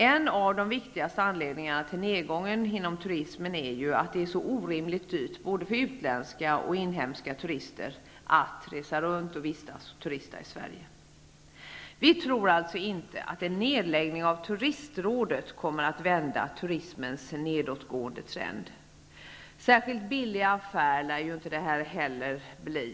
En av de viktigaste anledningarna till nedgången inom turismen är ju att det är så orimligt dyrt för både utländska och inhemska turister att turista i Sverige. Vi tror alltså inte att en nedläggning av Turistrådet kommer att vända turismens nedåtgående trend. Någon särskilt billig affär lär ju inte heller den här avvecklingen bli.